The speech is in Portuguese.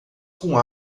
com